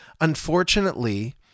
unfortunately